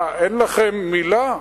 מה, אין לכם מלה?